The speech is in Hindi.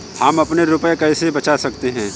हम अपने रुपये कैसे बचा सकते हैं?